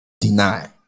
deny